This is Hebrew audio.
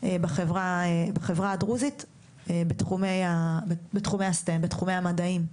בחברה הדרוזית בתחומי המדעים.